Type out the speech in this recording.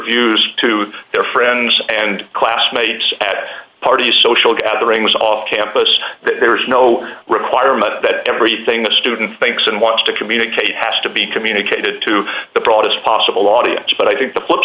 views to their friends and classmates at parties social gatherings off campus there is no requirement that everything the student thinks and wants to communicate has to be communicated to the broadest possible audience but i think the flip